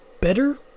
better